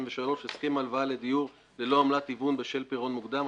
33)(הסכם הלוואה לדיור ללא עמלת היוון בשל פירעון מוקדם),